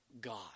God